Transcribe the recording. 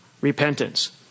repentance